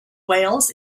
wales